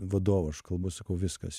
vadovu aš kalbu sakau viskas